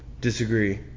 Disagree